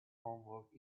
homework